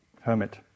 hermit